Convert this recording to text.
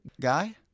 guy